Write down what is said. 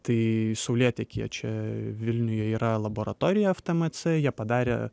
tai saulėtekyje čia vilniuje yra laboratorija ftmc jie padarė